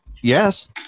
Yes